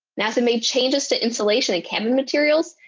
nasa made changes to insulation and cabin materials,